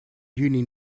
juni